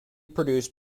produced